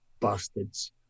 bastards